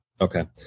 Okay